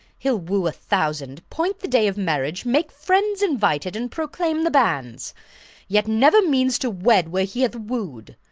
he'll woo a thousand, point the day of marriage, make friends invited, and proclaim the banns yet never means to wed where he hath woo'd.